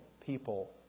people